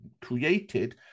created